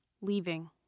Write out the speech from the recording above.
leaving